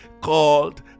called